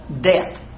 Death